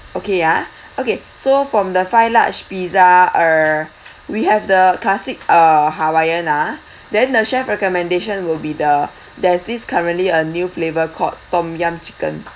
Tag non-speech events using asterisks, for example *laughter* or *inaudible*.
okay ah *breath* okay so from the five large pizza uh *breath* we have the classic uh hawaiian ah *breath* then the chef recommendation will be the there's this currently a new flavour called tom yum chicken